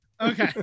Okay